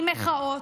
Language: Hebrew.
עם מחאות,